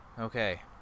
Okay